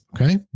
Okay